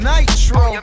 Nitro